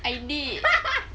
I did